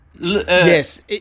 Yes